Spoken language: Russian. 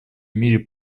мире